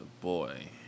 boy